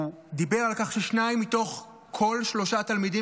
הוא דיבר על כך ששניים מתוך כל שלושה תלמידים